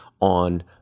on